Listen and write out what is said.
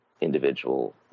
individual